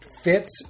Fits